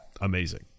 amazing